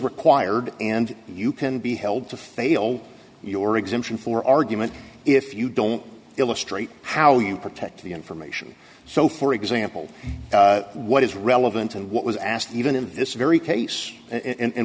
required and you can be held to fail your exemption for argument if you don't illustrate how you protect the information so for example what is relevant and what was asked even in this very case in